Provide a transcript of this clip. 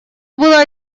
было